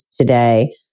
today